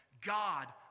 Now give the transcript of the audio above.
God